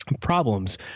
problems